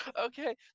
Okay